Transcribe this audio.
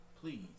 please